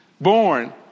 born